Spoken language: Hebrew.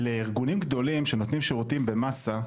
לארגונים גדולים שנותנים שירותים במסה,